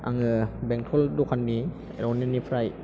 आङो बेंथ'ल दखाननि रनेननिफ्राय